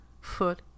foot